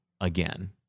again